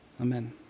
Amen